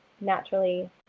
naturally